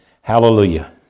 Hallelujah